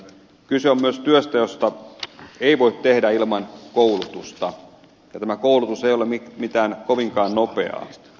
kyse on myös työstä jota ei voi tehdä ilman koulutusta ja tämä koulutus ei ole mitään kovinkaan nopeaa